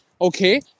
okay